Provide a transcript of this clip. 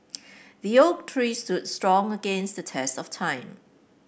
the oak tree stood strong against the test of time